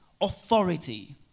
authority